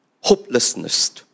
Hopelessness